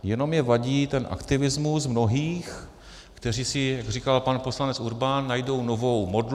Jenom mi vadí ten aktivismus mnohých, kteří si, jak říkal pan poslanec Urban, najdou novou modlu.